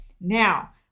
now